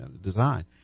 design